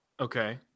Okay